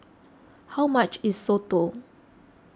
how much is Soto